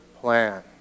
plan